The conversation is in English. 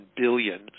billion